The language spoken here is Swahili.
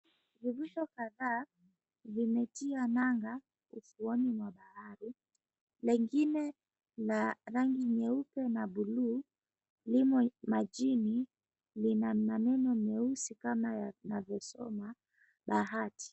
Vivusho kadhaa, vimetia nanga ufuoni mwa bahari. Lengine la rangi nyeupe na buluu, limo majini lina maneno meusi kama yanavyosoma Bahati.